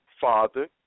father